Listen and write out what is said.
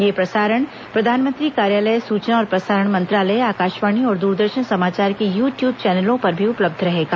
यह प्रसारण प्रधानमंत्री कार्यालय सूचना और प्रसारण मंत्रालय आकाशवाणी और दूरदर्शन समाचार के यू ट्यूब चैनलों पर भी उपलब्ध रहेगा